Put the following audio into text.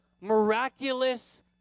miraculous